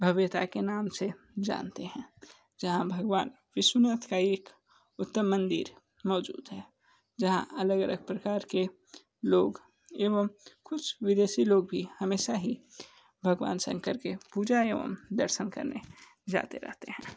भव्यता के नाम से जानते हैं जहाँ भगवान विष्णुनाथ का एक उत्तम मंदिर मौजूद है जहाँ अलग अलग प्रकार के लोग एवं कुछ विदेशी लोग भी हमेशा ही भगवान शंकर के पूजा एवं दर्शन करने जाते रहते हैं